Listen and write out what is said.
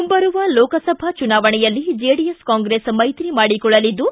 ಮುಂಬರುವ ಲೋಕಸಭಾ ಚುನಾವಣೆಯಲ್ಲಿ ಜೆಡಿಎಸ್ ಕಾಂಗ್ರೆಸ್ ಮೈತ್ರಿ ಮಾಡಿಕೊಳ್ಳಲಿದ್ದು